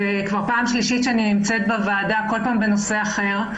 זו כבר פעם שלישית שאני בוועדה, כל פעם בנושא אחר.